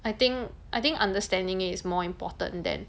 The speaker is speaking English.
I think I think understanding it is more important than